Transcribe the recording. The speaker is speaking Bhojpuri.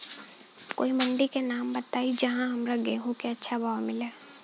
कोई मंडी के नाम बताई जहां हमरा गेहूं के अच्छा भाव मिले?